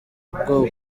bwoko